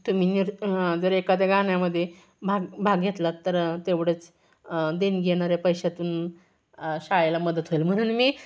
तुम्ही निर् जर एखाद्या गाण्यामध्ये भाग भाग घेतलात तर तेवढंच देणगी येणाऱ्या पैशातून शाळेला मदत होईल म्हणून मी